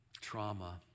trauma